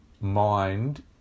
mind